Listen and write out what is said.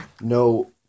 no